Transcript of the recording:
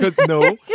No